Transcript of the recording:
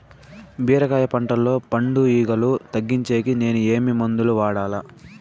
బీరకాయ పంటల్లో పండు ఈగలు తగ్గించేకి నేను ఏమి మందులు వాడాలా?